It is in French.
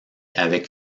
avec